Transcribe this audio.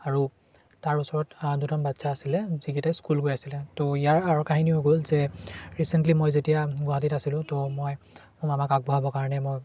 আৰু তাৰ ওচৰত দুটামান বাচ্ছা আছিলে যিকেইটাই স্কুল গৈ আছিলে তো ইয়াৰ আঁৰৰ কাহিনী হৈ গ'ল যে ৰিচেণ্টলি মই যেতিয়া গুৱাহাটীত আছিলোঁ তো মই মোৰ মামাক আগবঢ়াবৰ কাৰণে মই